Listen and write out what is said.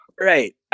Right